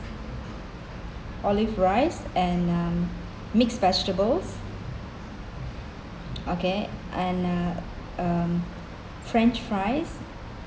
olive rice and um mix vegetables okay and um um french fries